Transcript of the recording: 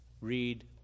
read